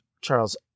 Charles